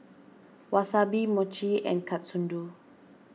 Wasabi Mochi and Katsudon